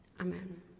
Amen